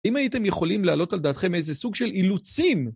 אם הייתם יכולים להעלות על דעתכם איזה סוג של אילוצים...